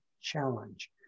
Challenge